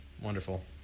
Wonderful